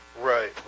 Right